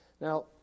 Now